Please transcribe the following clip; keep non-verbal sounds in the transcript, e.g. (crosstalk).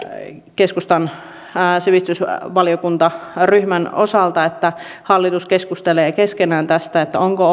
keskustan sivistysvaliokuntaryhmän osalta että hallitus keskustelee keskenään tästä onko (unintelligible)